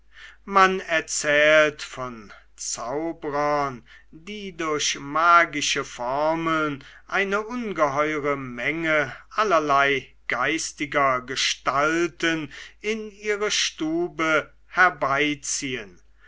man erzählt von zauberern die durch magische formeln eine ungeheure menge allerlei geistiger gestalten in ihre stube herbeiziehen